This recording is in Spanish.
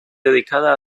dedicada